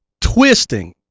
twisting